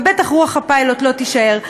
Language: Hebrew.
ובטח רוח הפיילוט לא תישאר.